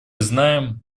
знаем